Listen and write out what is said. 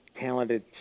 talented